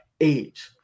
age